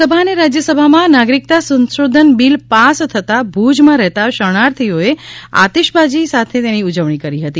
લોકસભા અને રાજયસભામાં નાગરિકતા સંશોધન બિલ પાસ થતાં ભૂજમાં રહેતા શરણાર્થીઓએ આતીશબાજી સાથે તેની ઉજવણી કરી હતી